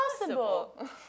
impossible